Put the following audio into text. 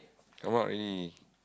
come out already